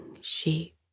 sheep